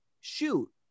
shoot